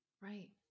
right